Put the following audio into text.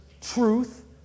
truth